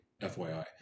FYI